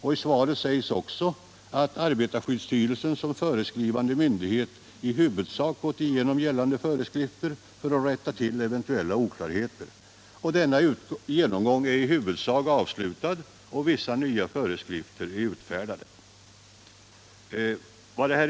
I svaret sägs också att arbetarskyddsstyrelsen som föreskrivande myndighet i huvudsak gått igenom gällande föreskrifter för att rätta till eventuella oklarheter. Denna genomgång är i huvudsak avslutad och vissa nya föreskrifter är utfärdade.